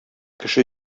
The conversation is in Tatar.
кеше